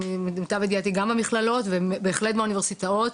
למיטב ידיעתי גם במכללות ובהחלט באוניברסיטאות,